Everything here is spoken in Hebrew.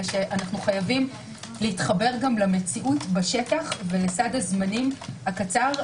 אבל חייבים להתחבר למציאות בשטח ולסד הזמנים הקצר.